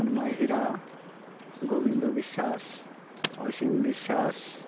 ଜନ୍ମୟ Hira Gobinda Biswas Asim Biswas